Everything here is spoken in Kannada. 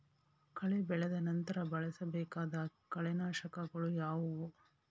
ಕಳೆ ಬೆಳೆದ ನಂತರ ಬಳಸಬೇಕಾದ ಕಳೆನಾಶಕಗಳು ಯಾವುವು?